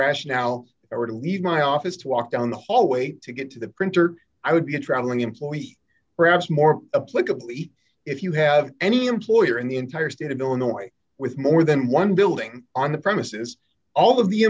rationale or to leave my office to walk down the hallway to get to the printer i would be traveling employee perhaps more like oblique if you have any employer in the entire state of illinois with more than one building on the premises all of the